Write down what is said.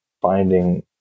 finding